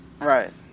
Right